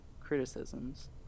criticisms